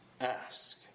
ask